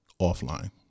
offline